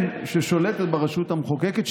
ששולטת ברשות המחוקקת,